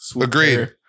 agreed